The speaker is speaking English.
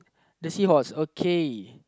Lesi was okay